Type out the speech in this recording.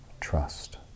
trust